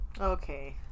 Okay